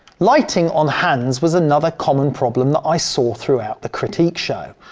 lighting on hands was another common problem that i saw throughout the critique show.